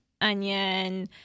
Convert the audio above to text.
onion